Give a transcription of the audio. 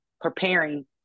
preparing